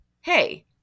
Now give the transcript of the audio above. hey